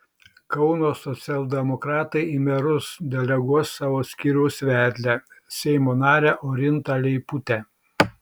kauno socialdemokratai į merus deleguos savo skyriaus vedlę seimo narę orintą leiputę